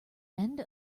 end